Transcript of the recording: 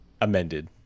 amended